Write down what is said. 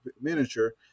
miniature